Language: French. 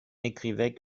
écrivait